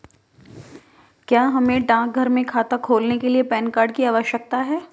क्या हमें डाकघर में खाता खोलने के लिए पैन कार्ड की आवश्यकता है?